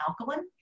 alkaline